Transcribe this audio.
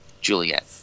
Juliet